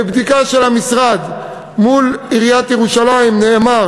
בבדיקה של המשרד מול עיריית ירושלים נאמר